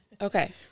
okay